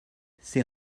c’est